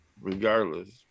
regardless